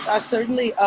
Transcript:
ah certainly